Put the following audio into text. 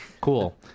cool